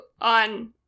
on